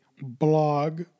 blog